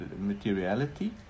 materiality